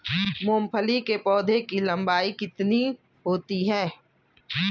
मूंगफली के पौधे की लंबाई कितनी होती है?